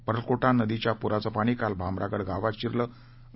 पर्लकोटा नदीच्या पुराचे पाणी काल भामरागड गावात शिरले होते